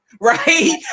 Right